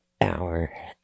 hour